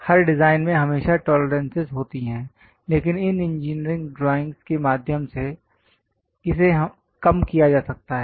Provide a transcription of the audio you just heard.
हर design में हमेशा tolerances होती है लेकिन इन इंजीनियरिंग ड्राइंग्स के माध्यम से इसे कम किया जा सकता है